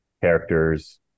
characters